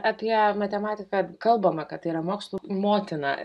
apie matematiką kalbama kad yra mokslų motina